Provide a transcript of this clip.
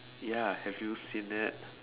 ya have you seen that